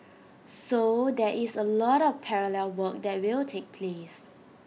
so there is A lot of parallel work that will take place